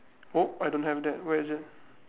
oh I don't have that where is it